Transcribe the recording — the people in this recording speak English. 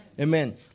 Amen